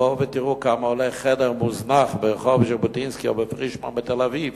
בואו ותראו כמה עולה חדר מוזנח ברחוב ז'בוטינסקי או בפרישמן בתל-אביב